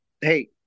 hey